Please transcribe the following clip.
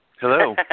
hello